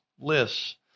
Lists